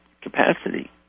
capacity